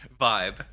vibe